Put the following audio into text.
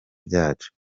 byacu